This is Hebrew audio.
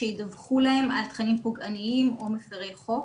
שידווחו להם על תכנים פוגעניים או מפרי חוק.